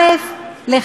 א.